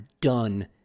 done